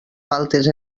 faltes